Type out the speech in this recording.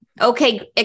Okay